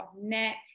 neck